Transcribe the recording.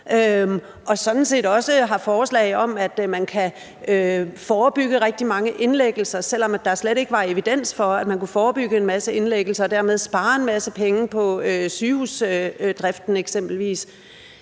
og sådan set også har et forslag om, at man kan forebygge rigtig mange indlæggelser, selv om der slet ikke var evidens for, at man kunne forebygge en masse indlæggelser og dermed spare en masse penge på sygehusdriften eksempelvis.